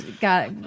got